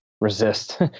resist